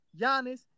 Giannis